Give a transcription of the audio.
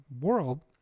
world